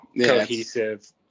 cohesive